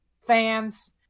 Fans